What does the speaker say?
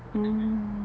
mm